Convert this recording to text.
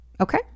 Okay